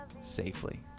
safely